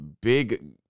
Big